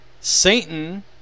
Satan